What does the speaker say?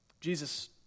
Jesus